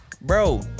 Bro